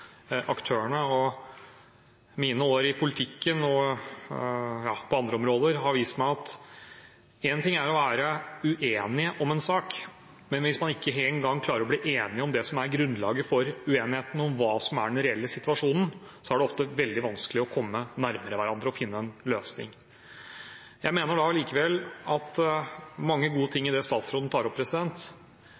aktørene. Mine år i politikken og innenfor andre områder har vist meg at én ting er å være uenige om en sak, men hvis man ikke engang klarer å bli enige om det som er grunnlaget for uenigheten, og om hva som er den reelle situasjonen, er det ofte veldig vanskelig å komme nærmere hverandre og finne en løsning. Jeg mener likevel det er mange gode ting i det statsråden tar opp,